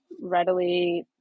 readily